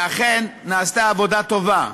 ואכן, נעשתה עבודה טובה.